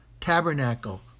tabernacle